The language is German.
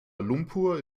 lumpur